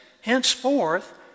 Henceforth